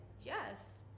yes